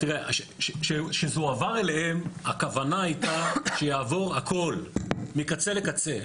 כשזה הועבר אליהם הכוונה הייתה שיעבור הכול מקצה לקצה,